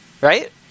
Right